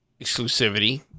exclusivity